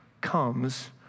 comes